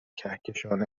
کهکشان